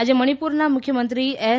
આજે મણિપુરના મુખ્યમંત્રી એન